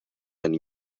and